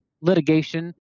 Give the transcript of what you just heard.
litigation